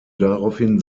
daraufhin